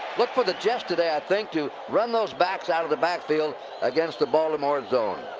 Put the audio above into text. look for the jets today, i think, to run those backs out of the backfield against the baltimore zone.